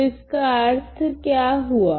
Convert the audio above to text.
तो इसका अर्थ क्या हुआ